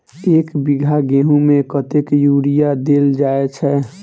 एक बीघा गेंहूँ मे कतेक यूरिया देल जाय छै?